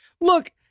look